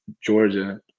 Georgia